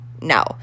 no